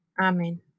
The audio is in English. Amen